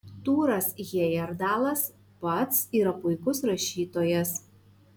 tūras hejerdalas pats yra puikus rašytojas